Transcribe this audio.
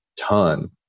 ton